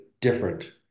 different